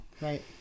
Right